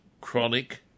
chronic